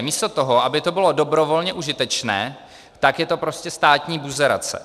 Místo toho, aby to bylo dobrovolně užitečné, tak je to prostě státní buzerace.